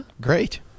Great